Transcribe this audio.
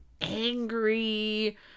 angry